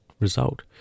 result